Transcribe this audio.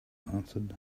answered